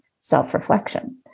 self-reflection